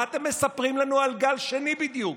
מה אתם מספרים לנו על גל שני בדיוק?